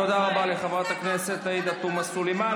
תודה רבה לחברת הכנסת עאידה תומא סלימאן.